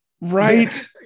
right